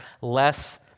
less